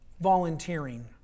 Volunteering